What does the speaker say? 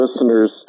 listeners